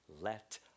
Let